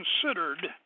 considered